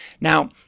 Now